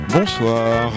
Bonsoir